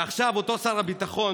עכשיו אותו שר הביטחון